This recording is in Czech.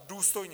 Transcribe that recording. Důstojně.